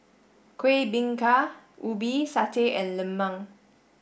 Kuih Bingka Ubi Satay and Lemang